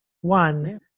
One